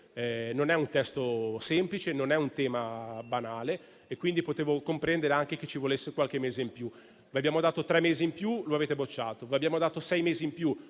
non è un testo semplice e non è un tema banale, e posso comprendere che ci vuole qualche mese in più. Vi abbiamo dato tre mesi in più e lo avete bocciato. Vi abbiamo dato sei mesi in più